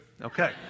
Okay